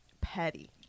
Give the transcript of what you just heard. Petty